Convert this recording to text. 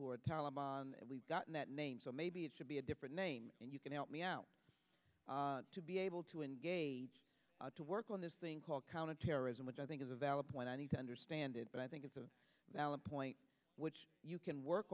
who are taleban and we've gotten that name so maybe it should be a different name and you can help me out to be able to engage to work on this thing called counterterrorism which i think is a valid point i need to understand it but i think it's a valid point which you can work